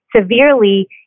severely